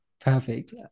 Perfect